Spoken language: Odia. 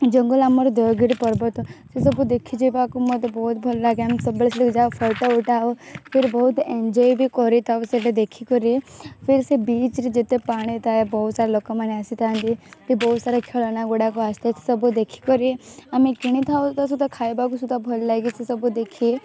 ଜଙ୍ଗଲ ଆମର ଦେଓଗିରି ପର୍ବତ ସେସବୁ ଦେଖି ଯିବାକୁ ମୋତେ ବହୁତ ଭଲ ଲାଗେ ଆମେ ସବୁବେଳେ ସେଠିକି ଯାଉ ଫଟୋ ଉଠାଉ ଫିର୍ ବହୁତ ଏନ୍ଜୟ ବି କରିଥାଉ ସେଇଟା ଦେଖିକରି ଫିର୍ ସେ ବିଚ୍ରେ ଯେତେ ପାଣି ଥାଏ ବହୁତ ସାରା ଲୋକମାନେ ଆସିଥାନ୍ତି ତ ବହୁତ ସାରା ଖେଳନା ଗୁଡ଼ାକ ଆସ୍ତେ ଆସ୍ତେ ସବୁ ଦେଖିକରି ଆମେ କିଣିଥାଉ ତା ସହିତ ଖାଇବାକୁ ସୁତା ଭଲ ଲାଗେ ସେସବୁ ଦେଖି